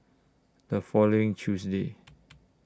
The following Tuesday